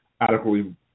adequately